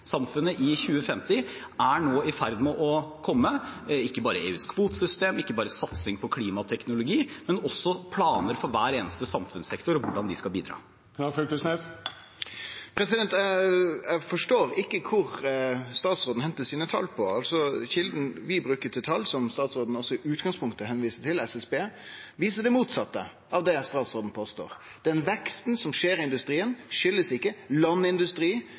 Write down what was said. i 2050, er nå i ferd med å komme – ikke bare EUs kvotesystem, ikke bare satsing på klimateknologi, men også planer for hver eneste samfunnssektor og hvordan vi skal bidra. Eg forstår ikkje kvar statsråden hentar tala sine. Kjelda til tal som vi brukar, som statsråden også i utgangspunktet viser til, SSB, viser det motsette av det statsråden påstår. Den veksten som skjer i industrien,